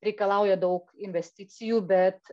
reikalauja daug investicijų bet